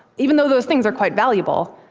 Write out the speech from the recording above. even though those things are quite valuable.